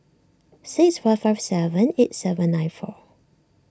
six five five seven eight seven nine four